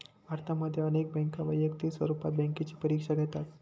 भारतामध्ये अनेक बँका वैयक्तिक स्वरूपात बँकेची परीक्षा घेतात